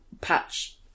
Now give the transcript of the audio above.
patch